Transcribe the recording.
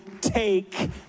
take